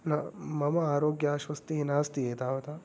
न मम आरोग्यः स्वस्तिः नास्ति एतावता